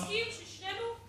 בוא נסכים ששנינו מכירים את,